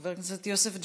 חבר הכנסת יוסף ג'בארין,